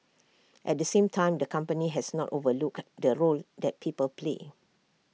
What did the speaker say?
at the same time the company has not overlooked the role that people play